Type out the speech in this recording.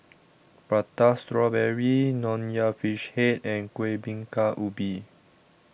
Prata Strawberry Nonya Fish Head and Kuih Bingka Ubi